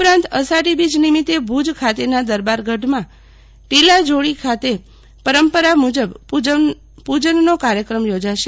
ઉપરાંત અષાઢી બીજ નિમિતે ભુજ ખાતેના દરબાર ગઢમાં ટીલા મડી ખાતે પરંપરાગત મુજબ પૂજનનો કાર્યક્રમ યોજાશે